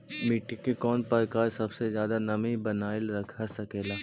मिट्टी के कौन प्रकार सबसे जादा नमी बनाएल रख सकेला?